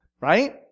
right